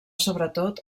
sobretot